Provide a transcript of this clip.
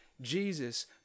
Jesus